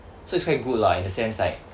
so it's quite good lah in the sense like